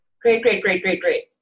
Great-great-great-great-great